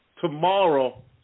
Tomorrow